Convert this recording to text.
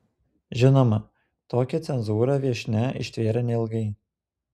žinoma tokią cenzūrą viešnia ištvėrė neilgai